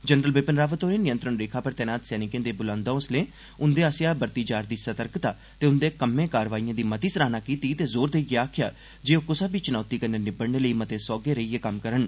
general Bipin Rawat होरें नियंत्रण रेखा पर तैनात सैनिकें दे बुलंद होंसलें उन्दे आसेया बरती जा'रदी सतर्कता ते उन्दे कम्में कारवाईयें दी मती सराहना कीती ते जोर देईये आक्खेआ जे ओह् कुसै बी चुनोती कन्ने निबड़ने लेई मते सोहगे रेईए कम्म करन